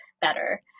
better